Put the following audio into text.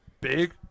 big